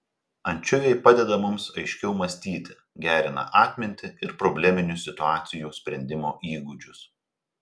ančiuviai padeda mums aiškiau mąstyti gerina atmintį ir probleminių situacijų sprendimo įgūdžius